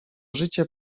życie